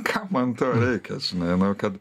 kam man to reikia žinai nu kad